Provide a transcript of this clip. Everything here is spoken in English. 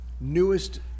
newest